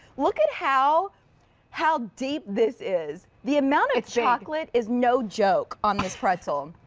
look and how how deep this is? the amount of chocolate is no joke on this pretzel.